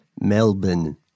Melbourne